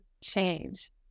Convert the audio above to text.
change